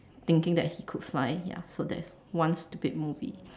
thinking that he could fly ya so that's one stupid movie